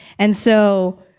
and so,